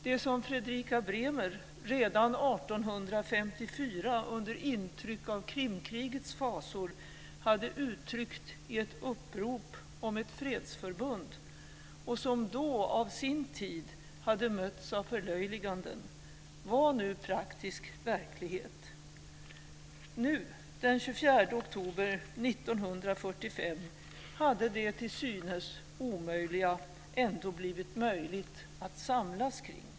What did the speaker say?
Det som Fredrika Bremer redan 1854 under intryck av Krimkrigets fasor hade uttryckt i ett upprop om ett fredsförbund - och som då, av sin tid, hade mötts av förlöjliganden - var nu praktisk verklighet. Nu - den 24 oktober 1945 - hade det till synes omöjliga ändå blivit möjligt att samlas kring.